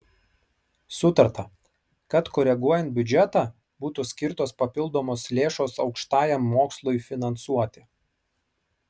sutarta kad koreguojant biudžetą būtų skirtos papildomos lėšos aukštajam mokslui finansuoti